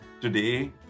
Today